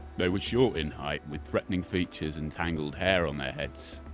they were short in height, with threatening features and tangled hair on their heads.